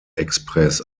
express